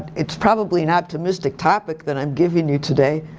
it's probably an optimistic topic that i'm giving you today,